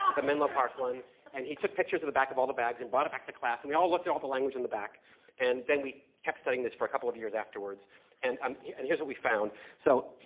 the menlo park one and he took pictures of the back of all the bags and brought it back to class and we all looked at all the language on the back and then we kept studying this for a couple of years afterwards and um yeah and here's what we found. so,